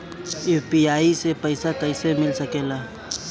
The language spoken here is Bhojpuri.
यू.पी.आई से पइसा कईसे मिल सके ला?